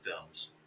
films